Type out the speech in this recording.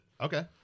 Okay